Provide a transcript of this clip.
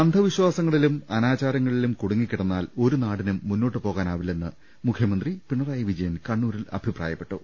അന്ധവിശ്വാസങ്ങളിലും അനാചാരങ്ങളിലും കുടുങ്ങിക്കിടന്നാൽ ഒരു നാടിനും മുന്നോട്ട് പോകാനാവില്ലെന്ന് മുഖ്യമന്ത്രി പിണറായി വിജ യൻ കണ്ണൂരിൽ അഭിപ്രായപ്പെട്ടു